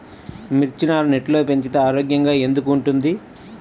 మిర్చి నారు నెట్లో పెంచితే ఆరోగ్యంగా ఎందుకు ఉంటుంది?